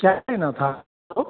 क्या लेना था